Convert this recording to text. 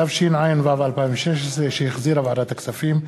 התשע"ו 2016, שהחזירה ועדת הכספים.